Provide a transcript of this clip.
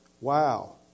wow